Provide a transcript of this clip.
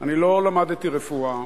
אני לא למדתי רפואה,